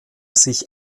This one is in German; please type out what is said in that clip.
sich